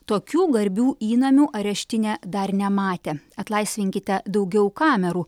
tokių garbių įnamių areštinė dar nematė atlaisvinkite daugiau kamerų